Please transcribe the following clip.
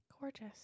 Gorgeous